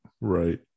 right